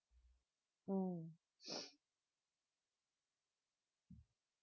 mm